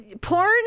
Porn